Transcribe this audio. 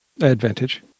Advantage